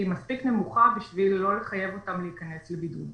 מספיק נמוכה בשביל לא לחייב אותם להיכנס לבידוד.